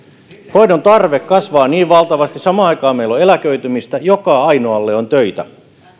hoidon tarve kasvaa valtavasti samaan aikaan meillä on eläköitymistä joka ainoalle on töitä